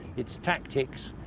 its tactics,